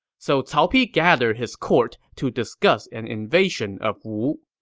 so cao pi gathered his court to discuss an invasion of wu.